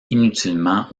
inutilement